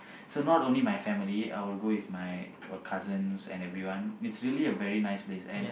so not only my family I will go with my cousins and everyone it's really a very nice place and